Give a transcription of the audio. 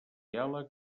diàleg